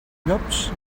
llops